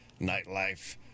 nightlife